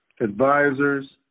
advisors